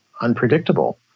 unpredictable